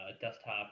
desktop